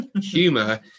humor